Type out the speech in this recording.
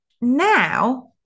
Now